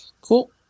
Cool